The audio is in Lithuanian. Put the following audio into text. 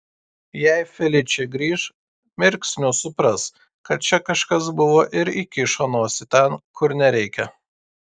jei feličė grįš mirksniu supras kad čia kažkas buvo ir įkišo nosį ten kur nereikia